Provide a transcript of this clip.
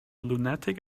lunatic